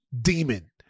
demon